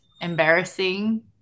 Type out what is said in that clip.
embarrassing